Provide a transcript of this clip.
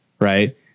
Right